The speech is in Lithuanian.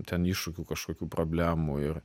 ten iššūkių kažkokių problemų ir